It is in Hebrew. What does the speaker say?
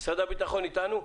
משרד הביטחון איתנו?